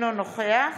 אינו נוכח